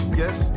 yes